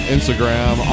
Instagram